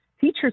teachers